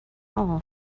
hole